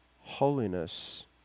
holiness